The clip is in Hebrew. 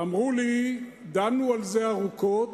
אמרו לי מהנהלת הקואליציה: דנו על זה ארוכות,